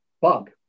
bug